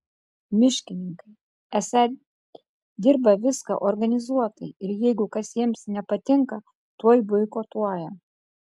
miškininkai esą dirba viską organizuotai ir jeigu kas jiems nepatinka tuoj boikotuoja